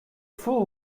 full